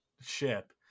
ship